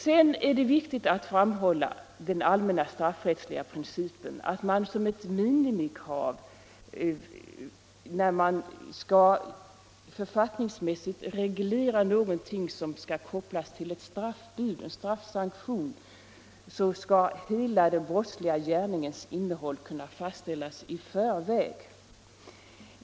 Sedan är det viktigt att framhålla den allmänna straffrättsliga principen att ett minimikrav, när man författningsmässigt reglerar någonting som skall kopplas till en straffsanktion, är att hela den brottsliga gärningens innehåll skall kunna fastställas i förväg.